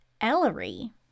Ellery